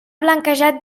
blanquejat